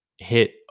Hit